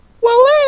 Well